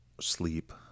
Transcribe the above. sleep